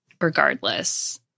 regardless